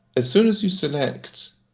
as soon as you select